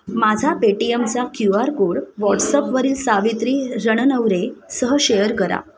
माझा पेटीएमचा Q R code व्हॉट्सअपवरील सावित्री रणनवरेसह शेअर करा